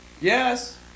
Yes